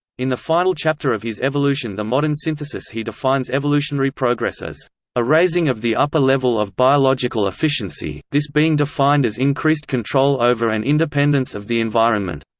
in the final chapter of his evolution the modern synthesis he defines evolutionary evolutionary progress as a raising of the upper level of biological efficiency, this being defined as increased control over and independence of the environment,